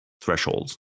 thresholds